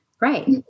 Right